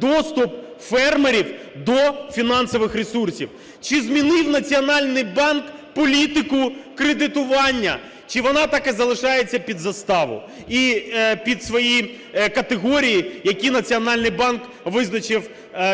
доступ фермерів до фінансових ресурсів? Чи змінив Національний банк політику кредитування, чи вона так і залишається під заставу і під свої категорії, які Національний банк визначив,